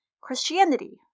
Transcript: Christianity